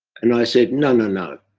and i said no, no, no,